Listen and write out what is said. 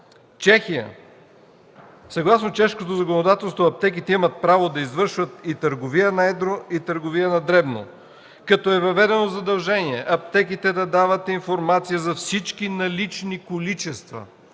Чехия. Съгласно чешкото законодателство аптеките имат право да извършват и търговия на едро, и търговия на дребно, като е въведено задължение аптеките да дават информация за всички налични количества